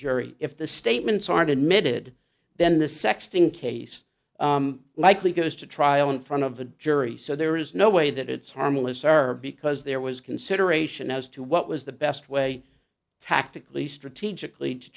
jury if the statements aren't admitted then the sexting case likely goes to trial in front of a jury so there is no way that it's harmless are because there was consideration as to what was the best way tactically strategically to